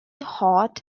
hot